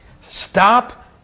Stop